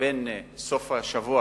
עד סוף השנה,